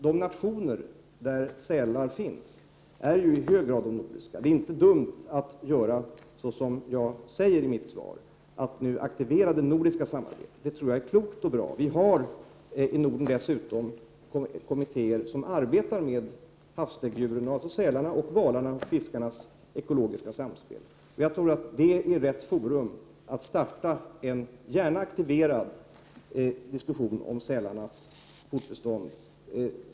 De länder där sälar finns är i hög grad just de nordiska länderna. Det är då inte dumt att göra som jag säger i mitt svar, nämligen att aktivera det nordiska samarbetet. Jag tror att detta är klokt och bra. Vi har dessutom i Norden kommittéer som arbetar med frågan om havsdäggdjuren, dvs. sälarna och valarna, samt fiskarna och det ekologiska samspelet dem emellan. En sådan kommitté är rätt forum för att bedriva en, gärna aktiverad, diskussion om sälarnas fortbestånd.